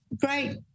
great